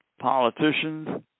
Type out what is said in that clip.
politicians